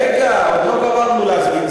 רגע, עוד לא גמרנו להסביר.